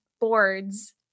boards